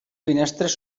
finestres